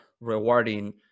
rewarding